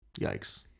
Yikes